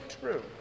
true